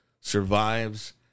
survives